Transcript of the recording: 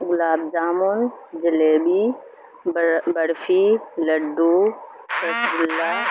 گلاب جامن جلیبی بر بڑفی لڈو رسگلا